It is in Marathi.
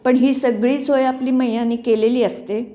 पण ही सगळी सोय आपली मैयाने केलेली असते